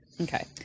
Okay